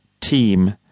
team